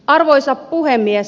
arvoisa puhemies